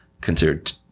considered